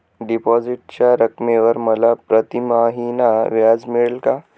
डिपॉझिटच्या रकमेवर मला प्रतिमहिना व्याज मिळेल का?